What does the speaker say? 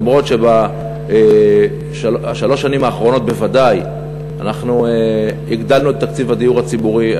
למרות שבשלוש השנים האחרונות בוודאי הגדלנו את תקציב הדיור הציבורי,